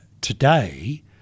today